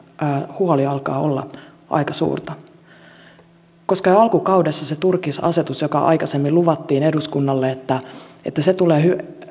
huoli alkaa olla aika suurta jo alkukaudella kaadettiin se turkisasetus josta aikaisemmin luvattiin eduskunnalle että se tulee